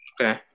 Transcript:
Okay